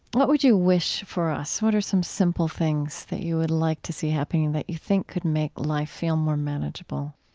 what would you wish for us? what are some simple things that you would like to see happening that you think could make life feel more manageable?